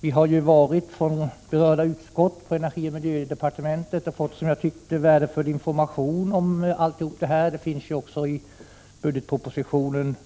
Berörda utskott har besökt miljöoch energidepartementet och fått värdefull information. Också i budgetpropositionen